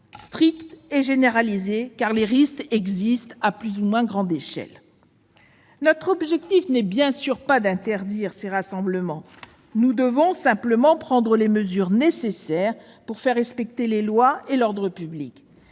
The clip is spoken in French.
stricte et généralisée, compte tenu des risques qui existent à plus ou moins grande échelle. Notre objectif n'est pas bien sûr d'interdire ces rassemblements. Nous devons simplement prendre les mesures nécessaires pour faire respecter les lois et l'ordre public.